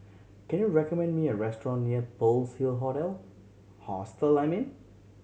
can you recommend me a restaurant near Pearl's Hill Hotel Hostel Liming